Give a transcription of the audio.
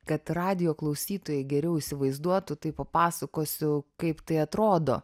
kad radijo klausytojai geriau įsivaizduotų tai papasakosiu kaip tai atrodo